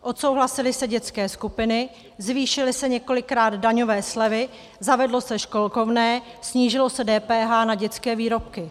Odsouhlasily se dětské skupiny, zvýšily se několikrát daňové slevy, zavedlo se školkovné, snížilo se DPH na dětské výrobky.